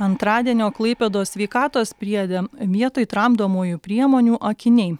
antradienio klaipėdos sveikatos priede vietoj tramdomųjų priemonių akiniai